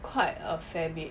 quite a fair bit